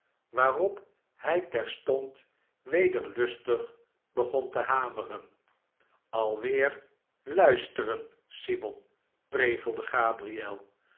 waarop hij terstond weder lustig begon te hameren alweer luisteren simon prevelde gabriel